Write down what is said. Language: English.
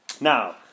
Now